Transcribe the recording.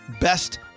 best